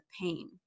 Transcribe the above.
pain